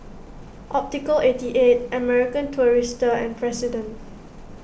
Optical eighty eight American Tourister and President